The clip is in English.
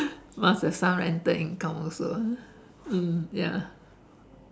must have some rental income also ah mm ya